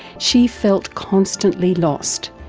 she felt constantly lost,